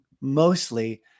mostly